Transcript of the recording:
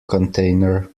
container